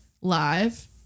live